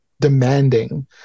demanding